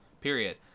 Period